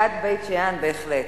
בקעת בית-שאן, בהחלט.